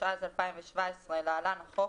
התשע"ז 2017 (להלן החוק),